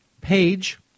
page